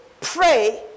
pray